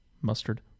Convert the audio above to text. Mustard